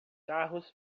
carros